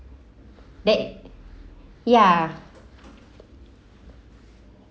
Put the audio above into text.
that ya